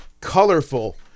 Colorful